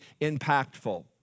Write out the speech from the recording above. impactful